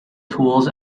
tools